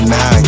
Now